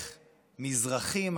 מזרחים מסורתיים,